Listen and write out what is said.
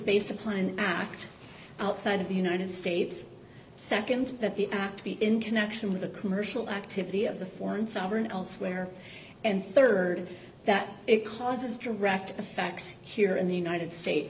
based upon act outside of the united states nd that the not to be in connection with a commercial activity of the foreign sovereign elsewhere and rd that it causes direct effects here in the united states